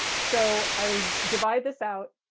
so i divide this out.